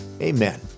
Amen